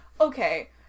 Okay